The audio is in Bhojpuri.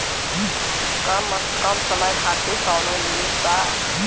कम समय खातिर कौनो निवेश बा?